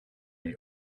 the